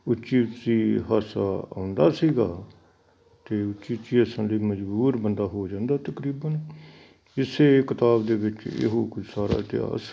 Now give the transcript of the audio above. ਉੱਚੀ ਉੱਚੀ ਹਾਸਾ ਆਉਂਦਾ ਸੀਗਾ ਅਤੇ ਉੱਚੀ ਉੱਚੀ ਹੱਸਣ ਲਈ ਮਜ਼ਬੂਰ ਬੰਦਾ ਹੋ ਜਾਂਦਾ ਤਕਰੀਬਨ ਇਸੇ ਕਿਤਾਬ ਦੇ ਵਿੱਚ ਇਹੋ ਕੁਛ ਸਾਰਾ ਇਤਿਹਾਸ